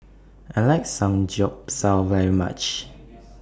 I like Samgyeopsal very much